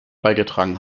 beigetragen